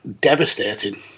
devastating